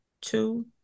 two